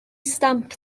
stamp